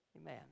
Amen